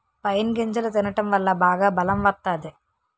pine గింజలు తినడం వల్ల బాగా బలం వత్తాది